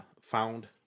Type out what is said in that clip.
found